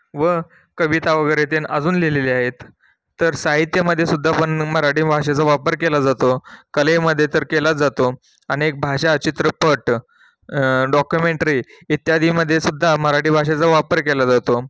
व कविता वगैरे त्यांनी अजून लिहिलेले आहेत तर साहित्यामध्येसुद्धा पण मराठी भाषेचा वापर केला जातो कलेमध्ये तर केला जातो अनेक भाषा चित्रपट डॉक्युमेंटरी इत्यादीमध्येसुद्धा मराठी भाषेचा वापर केला जातो